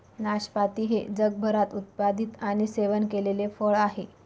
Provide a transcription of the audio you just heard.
नाशपाती हे जगभरात उत्पादित आणि सेवन केलेले फळ आहे